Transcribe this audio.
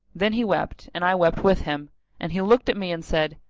then he wept and i wept with him and he looked at me and said,